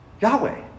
Yahweh